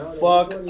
fuck